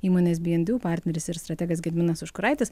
įmonės be and do partneris ir strategas gediminas užkuraitis